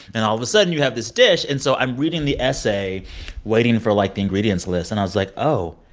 and all of a sudden, you have this dish. and so i'm reading the essay waiting for, like, the ingredients list. and i was like, oh,